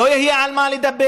לא יהיה על מה לדבר.